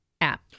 app